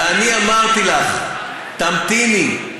ואני אמרתי לך: תמתיני,